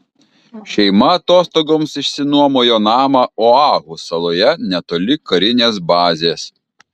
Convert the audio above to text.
šeima atostogoms išsinuomojo namą oahu saloje netoli karinės bazės